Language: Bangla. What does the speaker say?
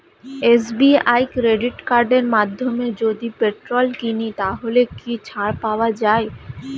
এস.বি.আই ক্রেডিট কার্ডের মাধ্যমে যদি পেট্রোল কিনি তাহলে কি ছাড় পাওয়া যায়?